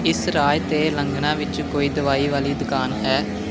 ਇਸ ਰਾਜ ਤੇਲੰਗਾਨਾ ਵਿੱਚ ਕੋਈ ਦਵਾਈ ਵਾਲੀ ਦੁਕਾਨ ਹੈ